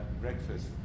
breakfast